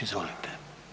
Izvolite.